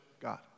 God